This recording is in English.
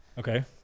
Okay